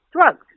drugs